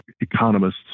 economists